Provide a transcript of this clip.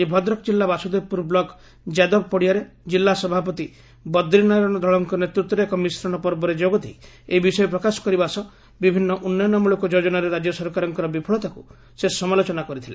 ଆଜି ଭଦ୍ରକ ଜିଲ୍ଲା ବାସୁଦେବପୁର ବ୍ଲକ ଯାଦବ ପଡ଼ିଆରେ ଜିଲ୍ଲା ସଭାପତି ବଦ୍ରିନାରାୟଣ ଧଳଙ୍କ ନେତୃତ୍ୱରେ ଏକ ମିଶ୍ରଣ ପର୍ବରେ ଯୋଗଦେଇ ଏହି ବିଷୟ ପ୍ରକାଶ କରିବା ସହ ବିଭିନ୍ ଉନ୍ୟନମ୍ଳକ ଯୋଜନାରେ ସମାଲୋଚନା କରିଥିଲେ